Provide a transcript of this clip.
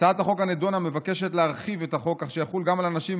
הצעת החוק הנדונה מבקשת להרחיב את החוק כך שיחול גם על אנשים עם